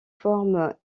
forme